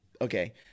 okay